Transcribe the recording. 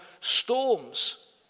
storms